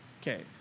Okay